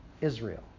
Israel